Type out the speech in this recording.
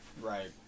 Right